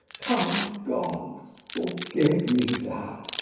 kind gods, forgive me that,